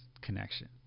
connection